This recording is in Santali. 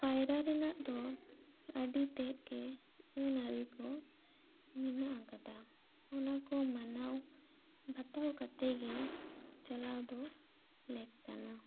ᱯᱟᱭᱨᱟ ᱨᱮᱱᱟᱜ ᱫᱚ ᱟᱹᱰᱤ ᱛᱮᱫᱜᱮ ᱟᱹᱱ ᱟᱹᱨᱤ ᱠᱚ ᱢᱮᱱᱟᱜ ᱟᱠᱟᱫᱟ ᱚᱱᱟ ᱠᱚ ᱢᱟᱱᱟᱣ ᱵᱟᱛᱟᱣ ᱠᱟᱛᱮ ᱜᱮ ᱪᱟᱞᱟᱣ ᱫᱚ ᱞᱮᱠ ᱠᱟᱱᱟ